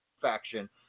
faction